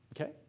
okay